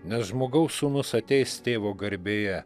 nes žmogaus sūnus ateis tėvo garbėje